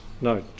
No